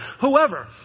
whoever